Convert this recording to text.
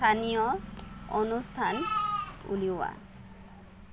স্থানীয় অনুষ্ঠান উলিওৱা